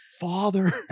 Father